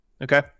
Okay